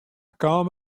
kaam